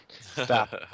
Stop